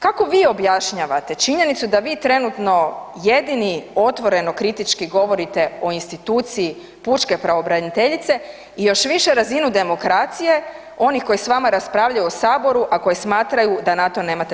Kako vi objašnjavate činjenicu da vi trenutno jedino otvoreno kritički govorite o instituciji pučke pravobraniteljice i još više razinu demokracije onih koji s vama raspravljaju u Saboru a koji smatraju da na to nemate pravo?